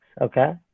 okay